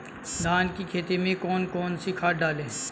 धान की खेती में कौन कौन सी खाद डालें?